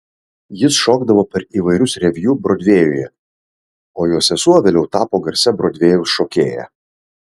jis šokdavo per įvairius reviu brodvėjuje o jo sesuo vėliau tapo garsia brodvėjaus šokėja